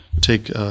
take